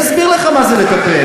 אני אסביר לך מה זה לטפל.